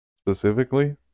Specifically